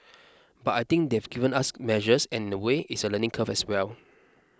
but I think they've given us measures and in a way it's a learning curve as well